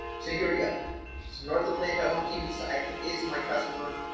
so here we go. so north atlanta home team this i think is my customer